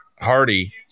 Hardy